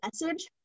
message